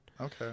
Okay